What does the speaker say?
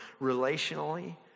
relationally